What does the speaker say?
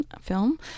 film